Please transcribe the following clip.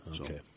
Okay